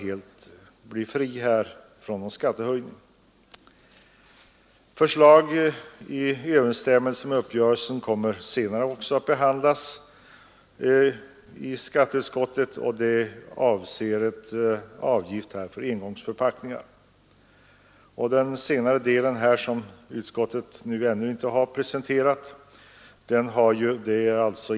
I enlighet med den träffade överenskommelsen kommer utskottet senare att behandla ett förslag om avgift för engångsförpackningar. Det är ingen skatt utan en direkt miljövänlig avgift.